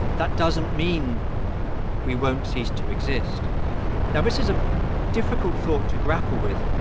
that doesn't mean we won't cease to exist now, this is a difficult thought to grapple with.